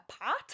apart